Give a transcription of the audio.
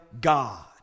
God